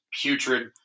putrid